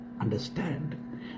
understand